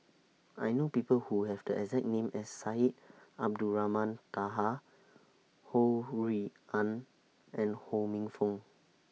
I know People Who Have The exact name as Syed Abdulrahman Taha Ho Rui An and Ho Minfong